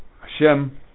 Hashem